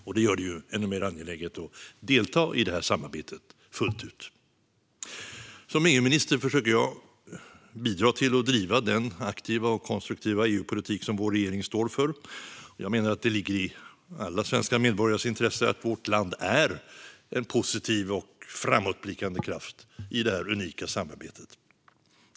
Detta gör det ju ännu mer angeläget att delta i det här samarbetet fullt ut. Som EU-minister försöker jag att bidra till att driva den aktiva och konstruktiva EU-politik som vår regering står för. Jag menar att det ligger i alla svenska medborgares intresse att vårt land är en positiv och framåtblickande kraft i det här unika samarbetet.